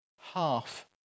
half